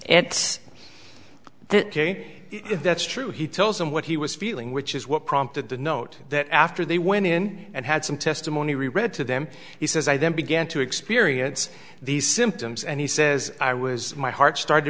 mean it that's true he tells him what he was feeling which is what prompted the note that after they went in and had some testimony read to them he says i then began to experience these symptoms and he says i was my heart started